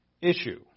issue